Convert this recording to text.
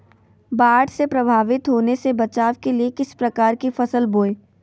बाढ़ से प्रभावित होने से बचाव के लिए किस प्रकार की फसल बोए?